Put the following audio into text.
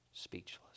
Speechless